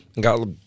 got